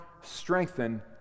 strengthen